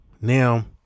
Now